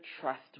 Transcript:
trust